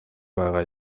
байгаа